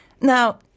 Now